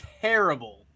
Terrible